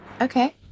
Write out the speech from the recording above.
Okay